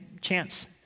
chance